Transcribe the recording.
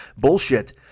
bullshit